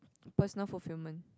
personal fulfilment